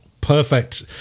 Perfect